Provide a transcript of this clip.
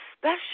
special